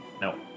No